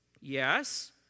yes